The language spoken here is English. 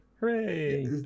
Hooray